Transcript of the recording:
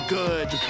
good